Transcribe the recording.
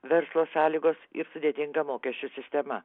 verslo sąlygos ir sudėtinga mokesčių sistema